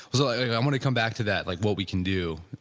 but so i want to come back to that, like what we can do,